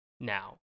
now